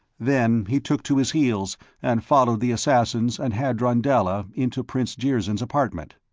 then he took to his heels and followed the assassins and hadron dalla into prince jirzyn's apartment.